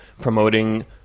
promoting